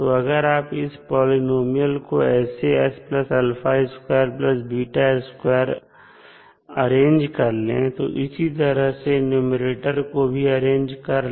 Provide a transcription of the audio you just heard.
तो अगर आप इस पॉलिनॉमियल को ऐसे अरेंज कर ले और इसी तरह से न्यूमैरेटर को भी अरेंज कर ले